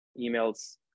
emails